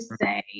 say